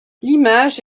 l’image